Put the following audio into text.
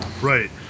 right